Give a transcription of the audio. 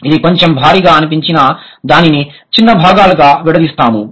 ఇది కొంచెం భారీగా అనిపించినా దానిని చిన్న భాగాలుగా విడదీస్తాము